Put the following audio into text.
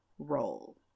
role